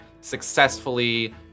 successfully